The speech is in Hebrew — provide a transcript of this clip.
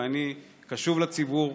ואני קשוב לציבור,